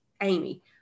Amy